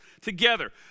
together